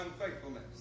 unfaithfulness